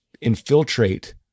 infiltrate